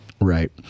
Right